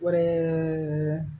ஒரு